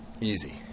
easy